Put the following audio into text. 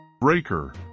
Breaker